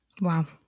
Wow